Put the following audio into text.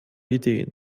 ideen